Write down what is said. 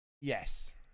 Yes